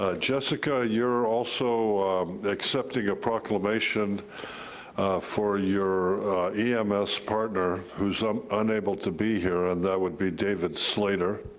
ah jessica, you're also accepting a proclamation for your ems partner, who's um unable to be here, and that would be david slater.